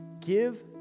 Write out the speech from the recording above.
give